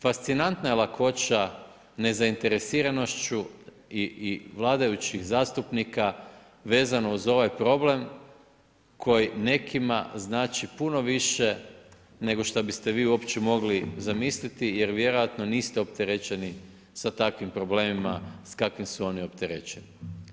Fascinantna je lakoća nezainteresiranošću i vladajućih zastupnika vezano uz ovaj problem koji nekima znači puno više nego šta biste vi uopće mogli zamisliti jer vjerojatno niste opterećeni sa takvim problemima s kakvim su oni opterećeni.